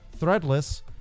threadless